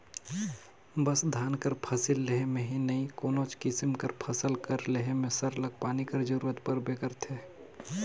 बस धान कर फसिल लेहे में ही नई कोनोच किसिम कर फसिल कर लेहे में सरलग पानी कर जरूरत परबे करथे